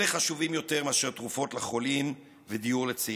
אלה חשובים יותר מאשר תרופות לחולים ודיור לצעירים.